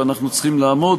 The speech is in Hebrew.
ועליו אנחנו צריכים לעמוד,